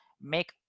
make